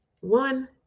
One